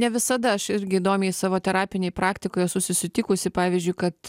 ne visada aš irgi įdomiai savo terapinėj praktikoj esu susitikusi pavyzdžiui kad